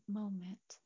moment